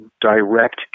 direct